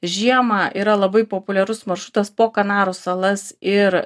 žiemą yra labai populiarus maršrutas po kanarų salas ir